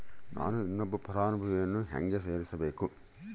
ನಾನು ಇನ್ನೊಬ್ಬ ಫಲಾನುಭವಿಯನ್ನು ಹೆಂಗ ಸೇರಿಸಬೇಕು?